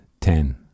ten